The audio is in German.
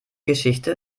geschichte